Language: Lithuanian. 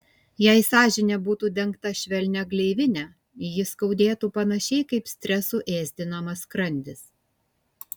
jei sąžinė būtų dengta švelnia gleivine ji skaudėtų panašiai kaip stresų ėsdinamas skrandis